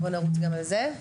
ונרוץ גם על זה.